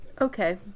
Okay